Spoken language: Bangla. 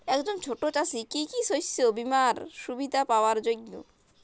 একজন ছোট চাষি কি কি শস্য বিমার সুবিধা পাওয়ার যোগ্য?